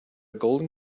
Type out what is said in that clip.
golden